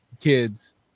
kids